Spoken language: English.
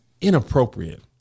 inappropriate